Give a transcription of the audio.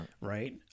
right